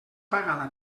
pagada